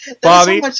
Bobby